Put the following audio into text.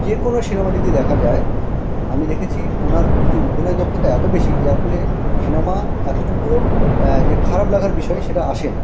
যে কোনো সিনেমা যদি দেখা যায় আমি দেখেছি উনার যে অভিনয় দক্ষতা এত বেশি যার ফলে সিনেমা এতটুকুও যে খারাপ লাগার বিষয় সেটা আসে না